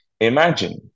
imagine